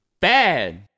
bad